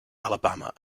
alabama